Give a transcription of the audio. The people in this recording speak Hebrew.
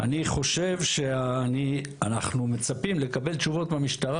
ואני חושב שאנחנו מצפים לקבל תשובות מהמשטרה